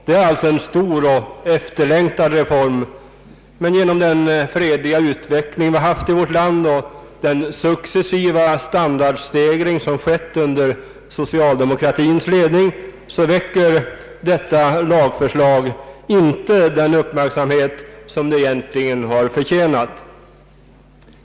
Det är alltså en stor och efterlängtad reform, men genom den fredliga utveckling vi haft i vårt land och den successiva standardstegring som skett under socialdemokratins ledning väcker detta lagförslag inte den uppmärksamhet som det egentligen har förtjänat.